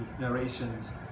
narrations